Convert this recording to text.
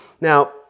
Now